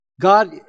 God